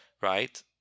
right